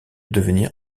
devenir